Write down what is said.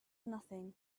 nothing